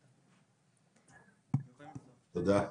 תודה.